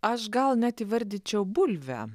aš gal net įvardyčiau bulvę